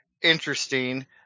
interesting